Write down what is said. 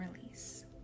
release